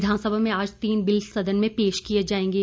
विधानसभा में आज तीन बिल सदन में पेश किए जाएंगे